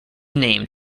named